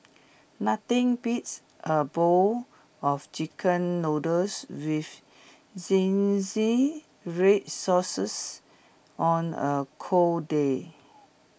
nothing beats A bowl of Chicken Noodles with zingy red sauces on A cold day